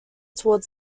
towards